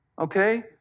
Okay